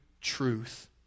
truth